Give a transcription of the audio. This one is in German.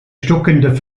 stockender